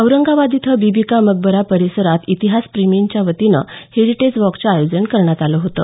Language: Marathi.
औरंगाबाद इथं बीबी का मकबरा परिसरात इतिहासप्रेमींच्या वतीनं हेरिटेज वॉकचं आयोजन करण्यात आलं होतं